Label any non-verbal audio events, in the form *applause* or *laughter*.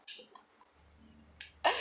*laughs*